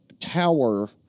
tower